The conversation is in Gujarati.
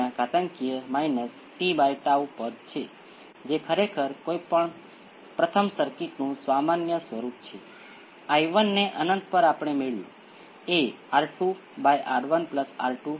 એ જ રીતે જો s એ p 2 ની બરાબર હોય તો આપણી પાસે t નો આ ગુણાંક એક્સ્પોનેંસિયલ p 2t થશે